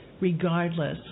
regardless